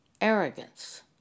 arrogance